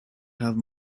have